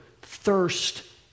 thirst